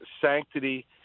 sanctity